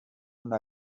una